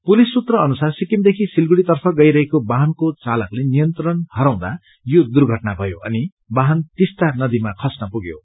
police सूत्र अनुसार सिक्किमदेखि सिलगढ़ीतर्फ गइरहेको वाहनको चालकले नियन्त्रण हराउँदा यो दुर्घटना भयो अनि वाहन टिस्टा नदीमा खस्न पुग्यो